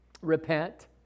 Repent